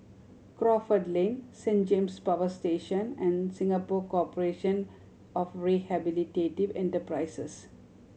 Crawford Lane Saint James Power Station and Singapore Corporation of Rehabilitative Enterprises